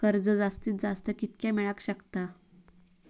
कर्ज जास्तीत जास्त कितक्या मेळाक शकता?